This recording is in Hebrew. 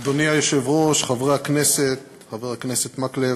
אדוני היושב-ראש, חברי הכנסת, חבר הכנסת מקלב,